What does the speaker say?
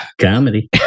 Comedy